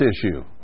issue